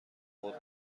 خرد